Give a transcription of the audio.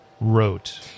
wrote